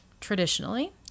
Traditionally